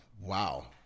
Wow